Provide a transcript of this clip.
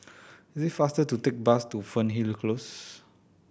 it is faster to take the bus to Fernhill Close